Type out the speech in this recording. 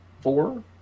four